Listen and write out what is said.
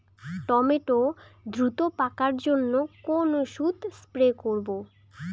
Tomato দ্রুত পাকার জন্য কোন ওষুধ স্প্রে করব?